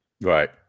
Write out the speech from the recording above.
Right